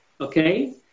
okay